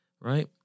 right